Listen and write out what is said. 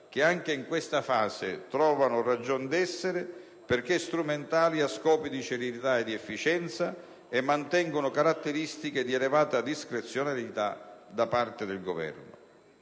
che anche in questa fase trovano ragion d'essere perché funzionali a scopi di celerità ed efficienza e con caratteristiche di elevata discrezionalità da parte del Governo.